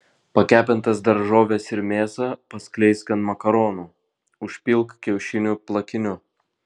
pakepintas daržoves ir mėsą paskleisk ant makaronų užpilk kiaušinių plakiniu